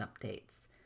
updates